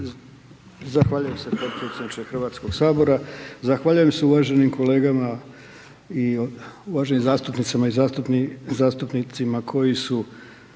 Zahvaljujem se uvaženim kolegama i uvaženim zastupnicama i zastupnicima koji su